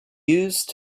used